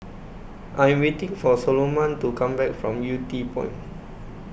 I Am waiting For Soloman to Come Back from Yew Tee Point